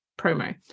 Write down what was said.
promo